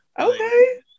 Okay